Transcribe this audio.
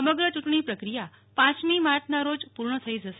સમગ્ર યૂંટણી પ્રક્રિયા પાંચમી માર્યના રોજ પૂર્ણ થઈ જશે